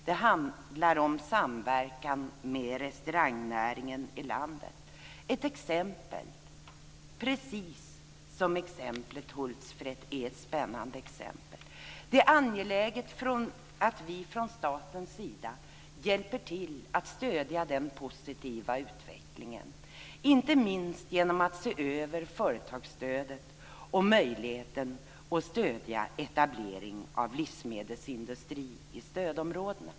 Det handlar om samverkan med restaurangnäringen i landet. Det är ett exempel - precis som Hultsfred är ett spännande exempel. Det är angeläget att vi från statens sida hjälper till att stödja den positiva utvecklingen, inte minst genom att se över företagsstödet och möjligheten att stödja etablering av livsmedelsindustri i stödområdena.